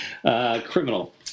Criminal